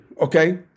okay